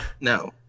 No